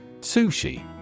Sushi